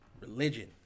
religion